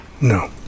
No